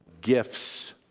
gifts